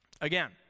again